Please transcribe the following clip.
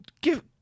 give